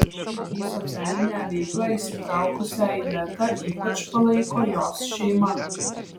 į socialinę veiklą įsitraukusią ivetą ypač palaiko jos šeima